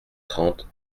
trente